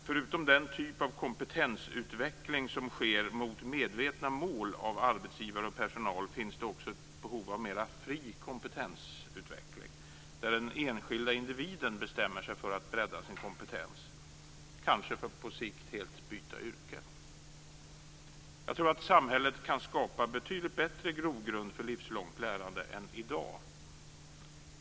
Förutom den typ av kompetensutveckling som sker mot medvetna mål av arbetsgivaren och personal finns det också ett behov av mer fri kompetensutveckling där den enskilda individen bestämmer sig för att bredda sin kompetens, kanske för att på sikt helt byta yrke. Jag tror att samhället kan skapa betydligt bättre grogrund för livslångt lärande än vad det gör i dag.